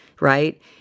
right